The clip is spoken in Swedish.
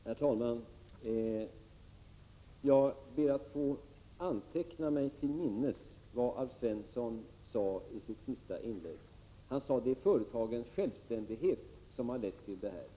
Herr talman! Jag ber att få anteckna mig till minnes vad Alf Svensson sade i sitt senaste inlägg. Han menade att det är företagens självständighet som har lett till denna situation.